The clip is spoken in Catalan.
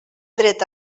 dret